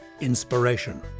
Inspiration